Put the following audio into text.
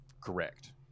Correct